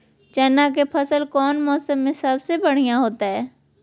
चना के फसल कौन मौसम में सबसे बढ़िया होतय?